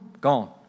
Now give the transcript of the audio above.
Gone